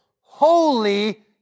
holy